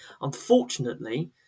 Unfortunately